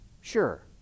sure